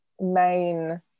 main